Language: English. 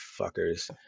fuckers